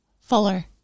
Fuller